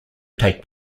take